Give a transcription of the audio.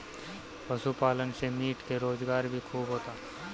पशुपालन से मीट के रोजगार भी खूब होता